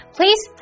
，Please